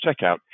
checkout